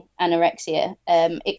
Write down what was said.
anorexia